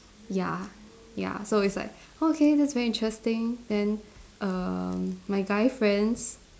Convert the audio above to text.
ya ya so it's like oh okay that's very interesting then erm my guy friends